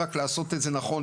רק לעשות את זה נכון,